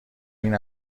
این